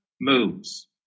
moves